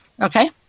Okay